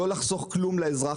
לא לחסוך כלום לאזרח.